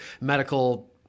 medical